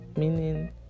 meaning